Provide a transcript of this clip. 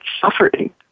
suffering